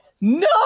no